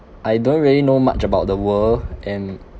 I don't really know much about the world and